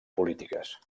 polítiques